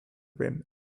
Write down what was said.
rim